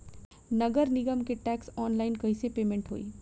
नगर निगम के टैक्स ऑनलाइन कईसे पेमेंट होई?